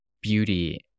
beauty